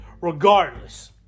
regardless